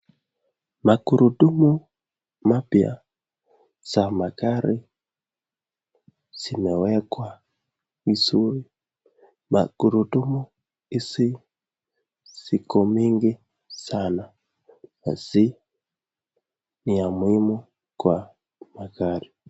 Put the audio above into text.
Magurudumu mapya za magari zimewekwa vizuri. Magurudumu hizi ziko mingi sana na ni ya muhimu kwa magari.